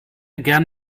gern